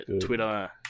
Twitter